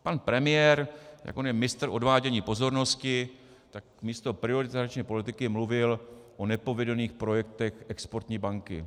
Pan premiér, jak on je mistr v odvádění pozornosti, tak místo priorit zahraniční politiky mluvil o nepovedených projektech exportní banky.